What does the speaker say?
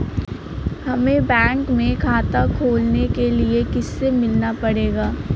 हमे बैंक में खाता खोलने के लिए किससे मिलना पड़ेगा?